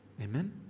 Amen